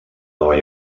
nova